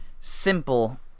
simple